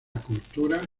cultura